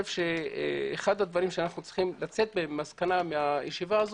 אחד הדברים שאנחנו צריכים לצאת עם מסקנה מהישיבה האת